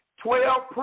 Twelve